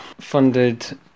funded